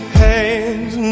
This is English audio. hands